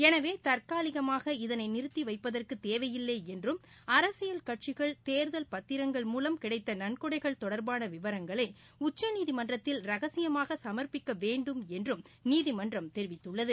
எனவே தற்காலிகமாக இதனை நிறுத்தி வைப்பதற்கு தேவையில்லை என்றும் அரசியல் கட்சிகள் தேர்தல் பத்திரங்கள் மூலம் கிடைத்த நள்கொடகள் தொடர்பான விவரங்களை உச்சநீதிமன்றத்தில் ரகசியமாக சமர்ப்பிக்கவேண்டும் என்றும் நீதிமன்றம் தெரிவித்துள்ளது